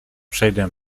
przejdę